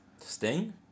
Sting